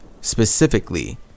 specifically